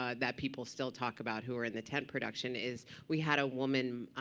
ah that people still talk about who were in the tent production, is we had a woman,